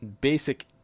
basic